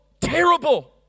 terrible